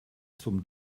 zum